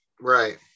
Right